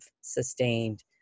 sustained